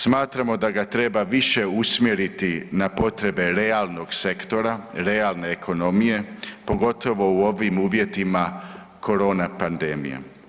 Smatramo da ga treba više usmjeriti na potrebe realnog sektora, realne ekonomije, pogotovo u ovim uvjetima korona pandemije.